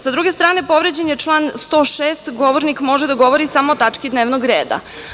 Sa druge strane povređen je član 106. – govornik može da govori samo o tački dnevnog reda.